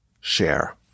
share